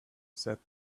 said